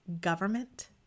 government